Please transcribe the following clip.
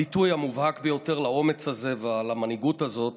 הביטוי המובהק ביותר לאומץ הזה ולמנהיגות הזאת